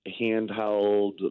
handheld